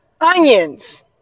onions